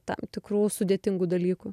tam tikrų sudėtingų dalykų